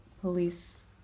police